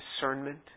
discernment